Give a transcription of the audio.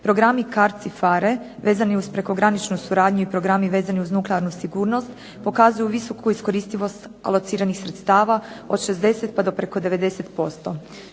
Programi CARDS i PHARE, vezani uz prekograničnu suradnju i programi vezani uz nuklearnu sigurnost pokazuju visoku iskoristivost alociranih sredstava od 60 pa do preko 90%.